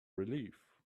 relief